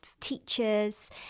teachers